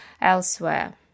elsewhere